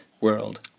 world